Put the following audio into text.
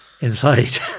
inside